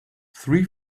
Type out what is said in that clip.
three